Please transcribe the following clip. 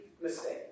mistake